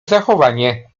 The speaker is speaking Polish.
zachowanie